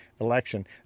election